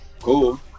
Cool